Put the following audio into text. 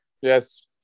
Yes